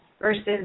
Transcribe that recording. versus